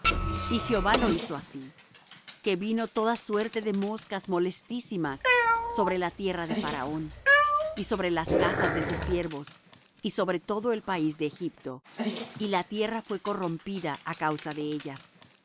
y jehová lo hizo así que vino toda suerte de moscas molestísimas sobre la casa de faraón y sobre las casas de sus siervos y sobre todo el país de egipto y la tierra fué corrompida á causa de ellas